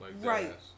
right